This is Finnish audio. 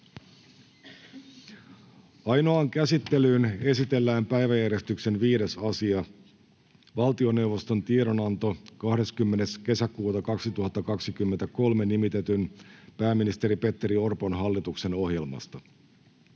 Ainoaan käsittelyyn esitellään päiväjärjestyksen 5. asia, valtioneuvoston tiedonanto 20.6.2023 nimitetyn pääministeri Petteri Orpon hallituksen ohjelmasta.